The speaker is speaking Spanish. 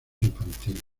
infantiles